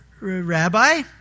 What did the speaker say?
Rabbi